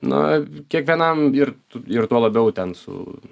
na kiekvienam ir ir tuo labiau ten su